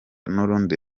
n’urundi